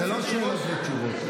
זה לא שאלות ותשובות.